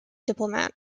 diplomat